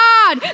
God